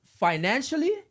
Financially